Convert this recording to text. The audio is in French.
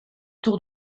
tour